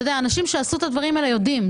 אתה יודע, אנשים שעשו את הדברים האלה יודעים.